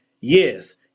yes